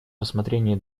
рассмотрении